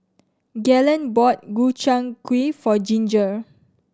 Galen bought Gobchang Gui for Ginger